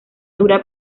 dura